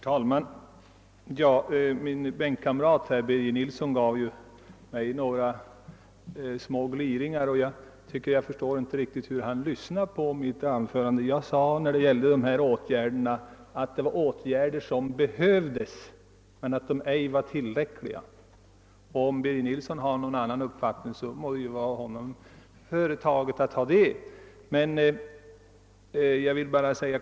Herr talman! Min bänkkamrat, herr Nilsson i Östersund, gav mig några små gliringar, och jag förstår inte riktigt hur han lyssnat på mitt anförande. Jag sade beträffande dessa åtgärder att de behövdes men att de ej var tillräckliga. Om herr Nilsson i Östersund har någon annan uppfattning må det vara honom obetaget att ha det.